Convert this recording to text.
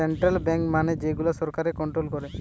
central bank মানে যে গুলা সরকার কন্ট্রোল করে